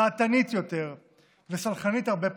דעתנית יותר וסלחנית הרבה פחות.